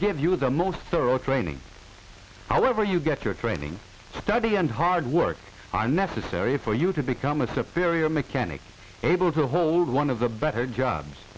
give you the most thorough training however you get your training study and hard work i necessary for you to become a step there your mechanic able to hold one of the better jobs